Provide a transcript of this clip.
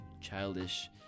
childish